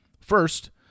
First